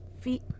Feet